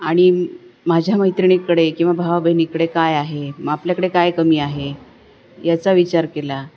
आणि माझ्या मैत्रिणीकडे किंवा भावा बहिणीकडे काय आहे मग आपल्याकडे काय कमी आहे याचा विचार केला